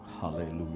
Hallelujah